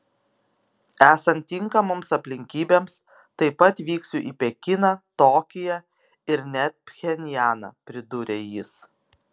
esant tinkamoms aplinkybėms taip pat vyksiu į pekiną tokiją ir net pchenjaną pridūrė jis